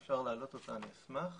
מה שאנחנו בדקנו